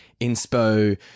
inspo